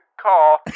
call